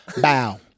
Bow